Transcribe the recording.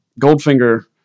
Goldfinger